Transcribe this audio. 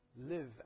live